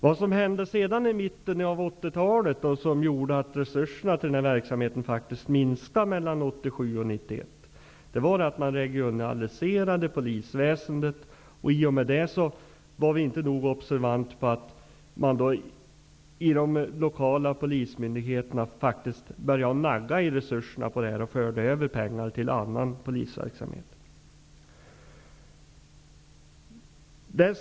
Vad som hände sedan i mitten av 1980-talet och som gjorde att resurserna till den här verksamheten faktiskt minskade mellan 1987 och 1991 var att polisväsendet regionaliserades, och i och med det var vi inte nog observanta på att man inom de lokala polismyndigheterna faktiskt började nagga på resurserna och förde över pengar till annan polisverksamhet.